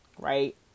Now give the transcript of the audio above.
Right